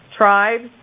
Tribes